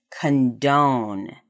condone